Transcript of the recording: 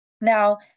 Now